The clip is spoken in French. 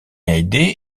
hallyday